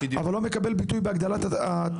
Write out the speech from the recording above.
אבל לא מקבל ביטוי בהגדלת התקנים,